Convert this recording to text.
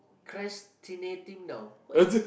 ~crastinating now